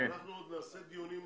תודה רבה.